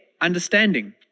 understanding